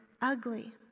ugly